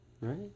right